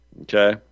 Okay